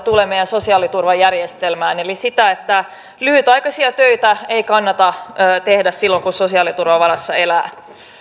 tulee meidän sosiaaliturvajärjestelmäämme nimittäin siihen että lyhytaikaisia töitä ei kannata tehdä silloin kun sosiaaliturvan varassa elää